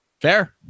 fair